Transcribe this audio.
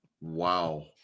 Wow